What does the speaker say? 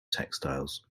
textiles